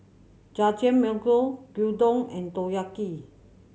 Jajangmyeon Gyudon and Takoyaki